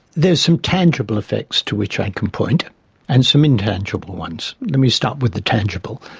there are some tangible effects to which i can point and some intangible ones let me start with the tangible.